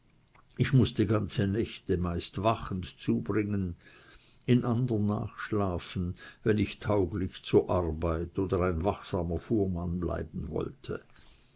ich mußte ganze nächte meist wachend zubringen in andern nachschlafen wenn ich tauglich zur arbeit oder ein wachsamer fuhrmann bleiben wollte